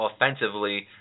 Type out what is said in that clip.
offensively